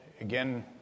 Again